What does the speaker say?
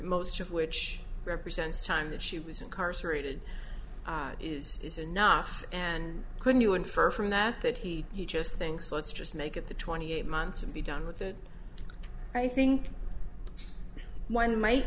most of which represents time that she was incarcerated is is enough and couldn't you infer from that that he he just thinks let's just make it the twenty eight months and be done with it i think one might